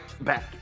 back